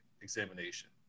examination